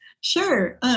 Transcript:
Sure